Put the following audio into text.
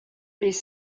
les